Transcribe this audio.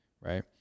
right